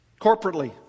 Corporately